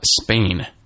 Spain